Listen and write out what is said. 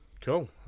Cool